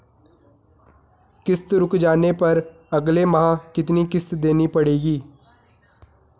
किश्त रुक जाने पर अगले माह कितनी किश्त देनी पड़ेगी?